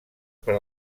per